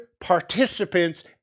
participants